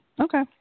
Okay